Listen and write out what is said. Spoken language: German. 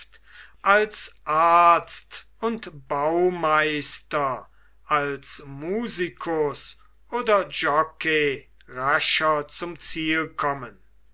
als arzt und baumeister als musikus oder jockey rascher zum ziel kommen